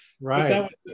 right